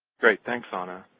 great, thanks ah anna.